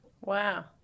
Wow